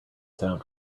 sound